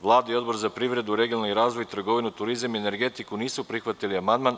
Vlada i Odbor za privredu, regionalni razvoj, trgovinu, turizam i energetiku nisu prihvatili amandman.